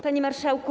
Panie Marszałku!